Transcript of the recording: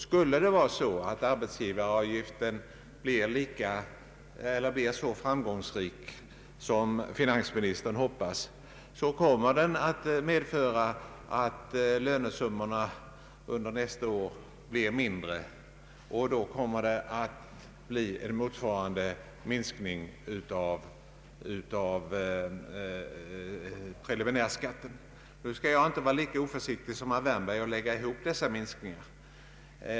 Skulle arbetsgivaravgiften ge ett sådant resultat som finansministern hoppas, kommer lönesummorna under nästa år dessutom att bli mindre, med motsvarande minskning av preliminärskatten som följd. Nu skall jag inte vara lika oförsiktig som herr Wärnberg och lägga ihop dessa minskningar.